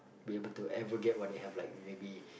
be able to ever get what they have like maybe